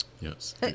yes